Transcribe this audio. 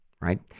right